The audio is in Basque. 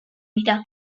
dira